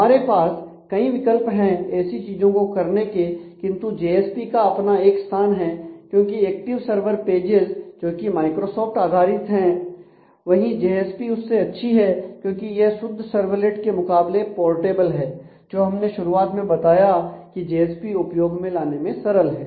हमारे पास कई विकल्प है ऐसी चीजों को करने के किंतु जेएसपी का अपना एक स्थान है क्योंकि एक्टिव सर्वर पेजेस आधारित है वहीं जेएसपी उससे अच्छी है क्योंकि यह शुद्ध सर्वलेट के मुकाबले पोर्टेबल है जो हमने शुरुआत में बताया की जेएसपी उपयोग में लाने में सरल है